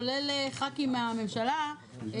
כולל ח"כים מהממשלה,